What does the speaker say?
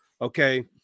Okay